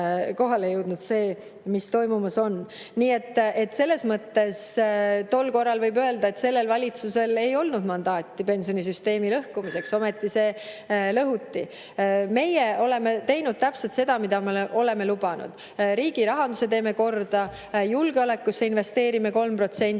kohale jõudnud, mis toimumas on. Nii et selles mõttes võib öelda, et tol korral sellel valitsusel ei olnud mandaati pensionisüsteemi lõhkumiseks, ometi see lõhuti. Meie oleme teinud täpselt seda, mida me oleme lubanud. Riigirahanduse teeme korda, julgeolekusse investeerime 3%,